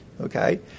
okay